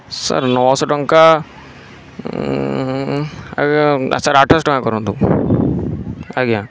sir ନଅଶହ ଟଙ୍କା sir ଆଠ ଶହ ଟଙ୍କା କରନ୍ତୁ ଆଜ୍ଞା